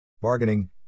Bargaining